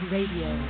Radio